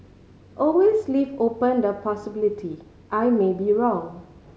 always leave open the possibility I may be wrong